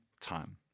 time